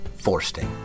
forsting